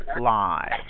live